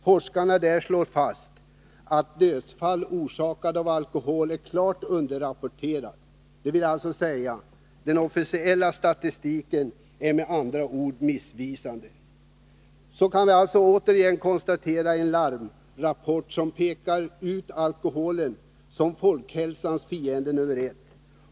Forskarna där slår fast, att dödsfall orsakade av alkohol är klart underrapporterade. Den officiella statistiken är med andra ord missvisande. Vi kan alltså återigen konstatera att en larmrapport pekar ut alkoholen som folkhälsans fiende nummer ett.